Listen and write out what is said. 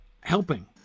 helping